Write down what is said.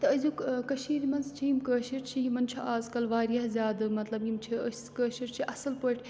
تہٕ أزیُک کٔشیٖرِ منٛز چھِ یِم کٲشِر چھِ یِمَن چھُ آز کَل واریاہ زیادٕ مطلب یِم چھِ أسۍ کٲشِر چھِ اَصٕل پٲٹھۍ